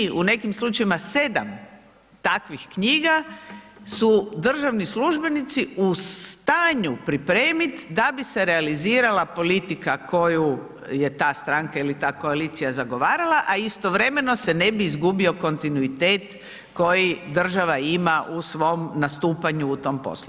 Dvije, tri, u nekim slučajevima 7 takvih knjiga su državni službenici u stanju pripremiti da bi se realizirala politika koju je ta stranka ili ta koalicija zagovarala, a istovremeno se ne bi izgubio kontinuitet koji država ima u svom nastupanju u tom poslu.